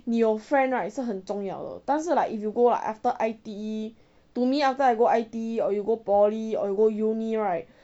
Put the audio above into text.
你有 friend right 是很重要的但是 like if you go after I_T_E to me after I go I_T_E or you go poly or you go uni right